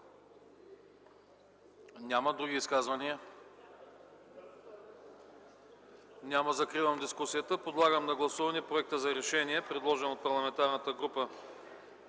Няма. Други изказвания? Няма. Закривам дискусията. Подлагам на гласуване проекта за решение, предложен от Парламентарната група